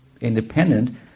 Independent